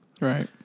Right